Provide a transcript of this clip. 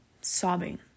sobbing